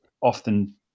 often